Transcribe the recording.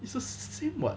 it's the same [what]